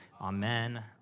Amen